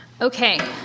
Okay